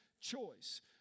choice